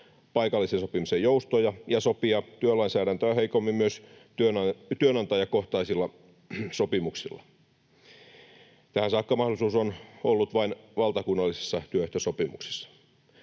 paikallisen sopimisen joustoja ja sopia työlainsäädäntöä heikommin myös työnantajakohtaisilla sopimuksilla. Tähän saakka mahdollisuus on ollut vain valtakunnallisissa työehtosopimuksissa.